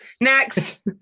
next